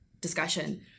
discussion